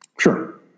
Sure